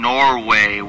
Norway